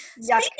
Speaking